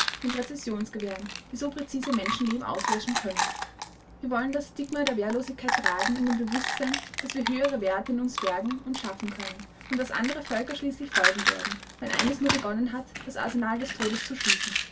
den präzisionsgewehren die so präzise menschenleben auslöschen können wir wollen das stigma der wehrlosigkeit tragen in dem bewußtsein daß wir höhere werte in uns bergen und schaffen können und daß andere völker schließlich folgen werden wenn eines nur begonnen hat das arsenal des todes zu schließen